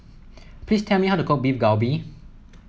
please tell me how to cook Beef Galbi